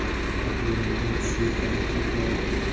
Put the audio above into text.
টাকার লেনদেনে স্লিপ বা রসিদ পাওয়া যায়